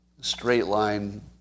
straight-line